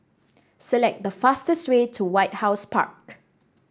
select the fastest way to White House Park